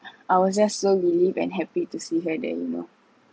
I was just so relief and happy to see her there you know